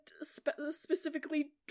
specifically